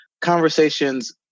conversations